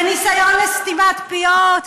בניסיון לסתימת פיות,